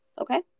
Okay